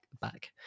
back